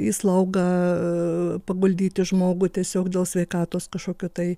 į slaugą paguldyti žmogų tiesiog dėl sveikatos kažkokio tai